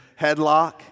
headlock